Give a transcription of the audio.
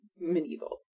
medieval